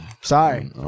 Sorry